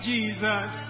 Jesus